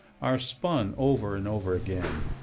are spun over and over again.